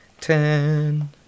Ten